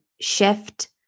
shift